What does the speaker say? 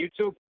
YouTube